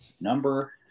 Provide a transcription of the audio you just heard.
number